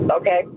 Okay